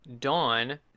Dawn